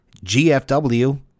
GFW